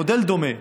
המודל דומה,